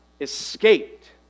escaped